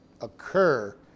occur